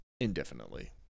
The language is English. indefinitely